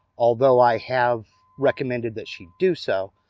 although i have recommended that she do so.